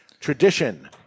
tradition